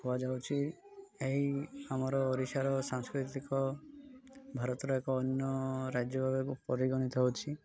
କୁହାଯାଉଛି ଏହି ଆମର ଓଡ଼ିଶାର ସାଂସ୍କୃତିକ ଭାରତର ଏକ ଅନ୍ୟ ରାଜ୍ୟ ଭାବେ ପରିଗଣିତ ହଉଛି